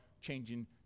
changing